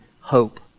hope